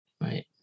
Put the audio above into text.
Right